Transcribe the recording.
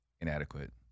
inadequate